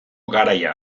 garaia